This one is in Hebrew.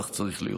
כך צריך להיות.